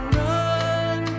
run